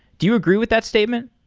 do you agree with that statement?